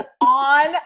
on